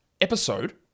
episode